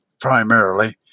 primarily